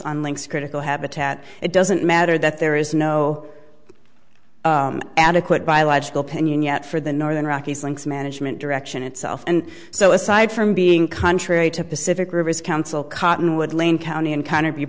on links critical habitat it doesn't matter that there is no adequate biological pinion yet for the northern rockies slinks management direction itself and so aside from being contrary to pacific rivers council cottonwood lane county and kind of